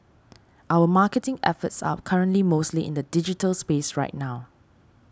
our marketing efforts are currently mostly in the digital space right now